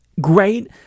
great